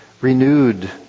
renewed